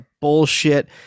bullshit